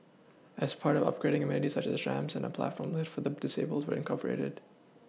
as part of the upgrading amenities such as ramps and a platform lift for the disabled were incorporated